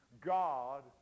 God